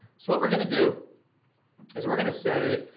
so what we're gonna do is we're gonna say,